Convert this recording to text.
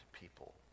people